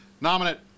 nominate